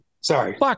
Sorry